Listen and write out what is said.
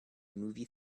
movie